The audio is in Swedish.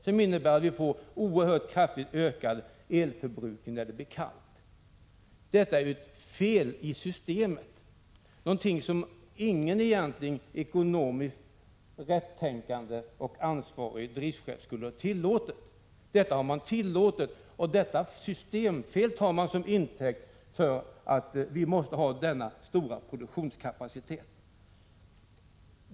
Det innebär att vi får en oerhört kraftigt ökad elförbrukning när det blir kallt. Detta måste bero på ett fel i systemet, något som egentligen inte någon ekonomiskt rättänkande och ansvarig driftschef skulle tillåta. Men detta har man tillåtit, och detta systemfel tar man till intäkt för att vi måste ha denna stora produktionskapacitet.